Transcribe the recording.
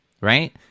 right